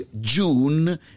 June